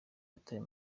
yatawe